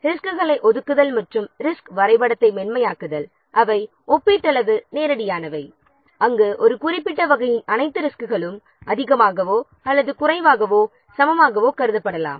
ரிஸ்க்குகளை ஒதுக்குதல் மற்றும் ரிஸ்க் வரைபடத்தை மென்மையாக்குதல் ஒப்பீட்டளவில் நேரடியானவை அங்கு ஒரு குறிப்பிட்ட வகையின் அனைத்து ரிஸ்க்குகளும் அதிகமாகவோ அல்லது குறைவாகவோ சமமாகக் கருதப்படலாம்